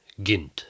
Gint